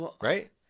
right